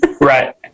Right